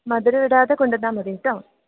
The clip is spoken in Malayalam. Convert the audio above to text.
മധുരം ഇടാതെ കൊണ്ടു വന്നാൽ മതി കേട്ടോ